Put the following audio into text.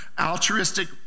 altruistic